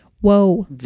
whoa